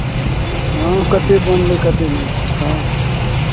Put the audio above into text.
हँ कतेक बनलै कत्ते नै तब